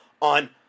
on